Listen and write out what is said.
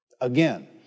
Again